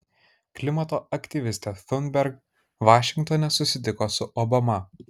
klimato aktyvistė thunberg vašingtone susitiko su obama